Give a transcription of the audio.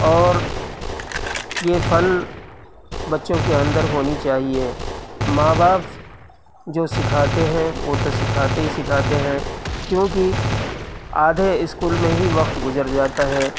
اور یہ فن بچوں کے اندر ہونی چاہیے ماں باپ جو سکھاتے ہیں وہ تو سکھاتے ہی سکھاتے ہیں کیوں کہ آدھے اسکول میں ہی وقت گزر جاتا ہے